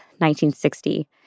1960